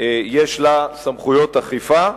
יש לה סמכויות אכיפה.